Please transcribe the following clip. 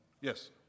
Yes